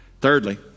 Thirdly